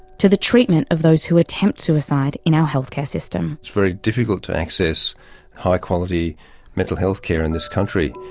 to the treatment of those who attempt suicide in our healthcare system. it's very difficult to access high quality mental healthcare in this country.